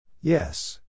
Yes